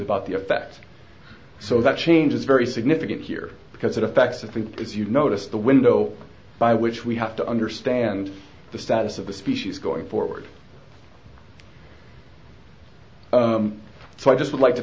about the effect so that change is very significant here because it affects i think because you notice the window by which we have to understand the status of the species going forward so i'd just like to